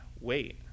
Wait